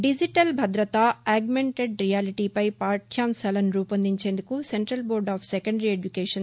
digital భద్రత augmented రియాలిటీపై పాఠ్యాంశాలను రూపొందించేందుకు central board of secondary education